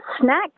Snacks